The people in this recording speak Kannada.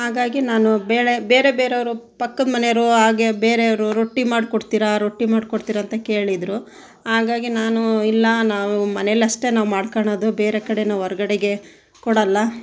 ಹಾಗಾಗಿ ನಾನು ಬೇಳೆ ಬೇರೆ ಬೇರೆಯವರು ಪಕ್ಕದ ಮನೆಯವರು ಹಾಗೆಯೇ ಬೇರೆಯವರು ರೊಟ್ಟಿ ಮಾಡಿಕೊಡ್ತೀರಾ ರೊಟ್ಟಿ ಮಾಡಿಕೊಡ್ತೀರಾ ಅಂತ ಕೇಳಿದರು ಹಾಗಾಗಿ ನಾನು ಇಲ್ಲ ನಾವು ಮನೆಯಲ್ಲಷ್ಟೆ ನಾವು ಮಾಡ್ಕಳದು ಬೇರೆ ಕಡೆ ನಾವು ಹೊರಗಡೆಗೆ ಕೊಡಲ್ಲ